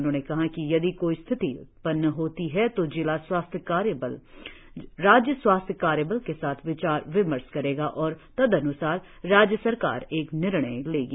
उन्होंने कहा कि यदि कोई स्थिति उत्पन्न होती है तो जिला स्वास्थ्य कार्य बल राज्य स्वास्थ्य कार्य बल के साथ विचार विमर्श करेगा और तदन्सार राज्य सरकार एक निर्णय लेगी